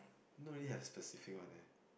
don't really have specific one eh